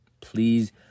please